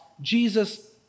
Jesus